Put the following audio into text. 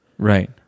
Right